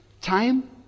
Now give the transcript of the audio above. Time